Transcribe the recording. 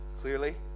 clearly